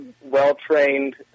well-trained